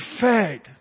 fed